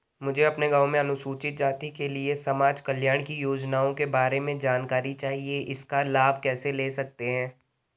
मुझे अपने गाँव में अनुसूचित जाति के लिए समाज कल्याण की योजनाओं के बारे में जानकारी चाहिए इसका लाभ कैसे ले सकते हैं?